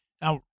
now